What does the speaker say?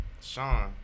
Sean